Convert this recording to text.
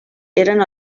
eren